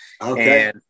Okay